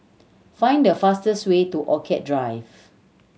find the fastest way to Orchid Drive